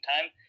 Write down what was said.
time